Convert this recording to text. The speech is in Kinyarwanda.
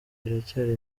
iracyari